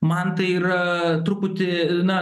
man tai yra truputį na